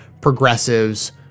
progressives